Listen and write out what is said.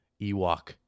Ewok